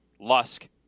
Lusk